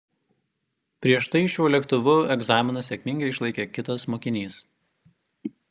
prieš tai šiuo lėktuvu egzaminą sėkmingai išlaikė kitas mokinys